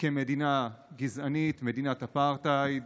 כמדינה גזענית, מדינת אפרטהייד,